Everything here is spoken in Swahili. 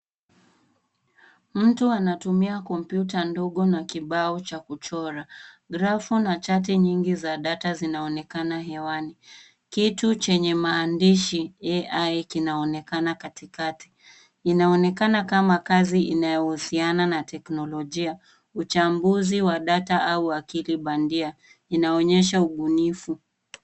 Mtu anatumia kompyuta ndogo na kibao cha kuchora. Grafu na chati nyingi za data zinaonekana hewani. Kitu chenye maandishi AI kinaonekana katikati. Inaonekana kama kazi inayohusiana na teknolojia, uchambuzi wa data au wakili bandia. Inaonyesha ubunifu.